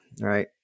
Right